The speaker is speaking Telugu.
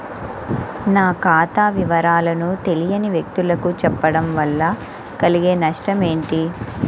నా ఖాతా వివరాలను తెలియని వ్యక్తులకు చెప్పడం వల్ల కలిగే నష్టమేంటి?